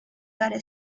داره